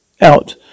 out